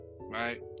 right